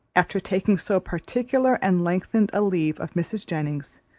after taking so particular and lengthened a leave of mrs. jennings,